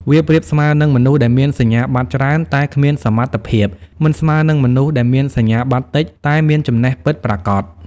វាប្រៀបស្មើនឹង មនុស្សដែលមានសញ្ញាបត្រច្រើនតែគ្មានសមត្ថភាព មិនស្មើនឹងមនុស្សដែលមានសញ្ញាបត្រតិចតែមានចំណេះពិតប្រាកដ។